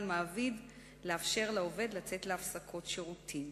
על מעביד לאפשר לעובד לצאת להפסקות שירותים.